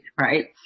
right